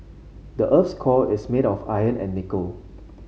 the earth's core is made of iron and nickel